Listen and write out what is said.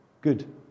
good